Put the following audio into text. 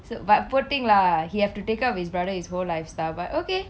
so but poor thing lah he have to take care of his brother his whole lifestyle but okay